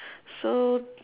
so